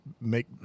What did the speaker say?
make